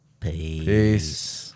Peace